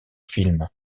film